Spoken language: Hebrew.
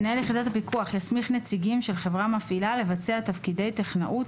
הפיקוח יסמיך נציגים של חברה מפעילה לבצע תפקידי טכנאות